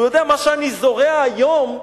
הוא יודע שמה שאני זורע היום,